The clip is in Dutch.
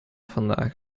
vandaag